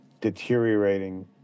deteriorating